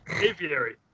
Aviary